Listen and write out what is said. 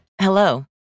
Hello